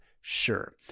Sure